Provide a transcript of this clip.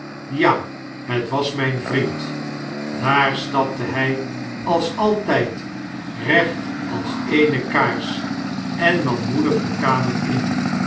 ja het was myn vriend daar staple hi als altijd recht als eene kaars en manmoedig de kamer in